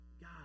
God